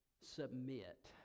submit